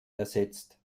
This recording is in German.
ersetzt